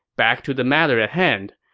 back to the matter at hand.